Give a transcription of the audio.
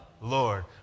Lord